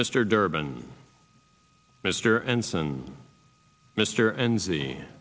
mr durban mr anson mr and z